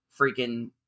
freaking